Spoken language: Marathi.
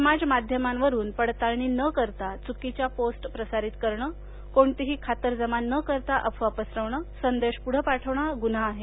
समाज माध्यमावरून पडताळणी न करता चुकीच्या पोस्ट प्रसारित करण कोणतीही खातरजमा न करता अफवा पसरविण संदेश पुढे पाठवण हा गुन्हा आहे